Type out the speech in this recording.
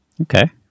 Okay